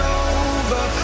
over